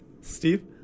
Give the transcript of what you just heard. Steve